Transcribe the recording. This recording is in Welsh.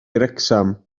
wrecsam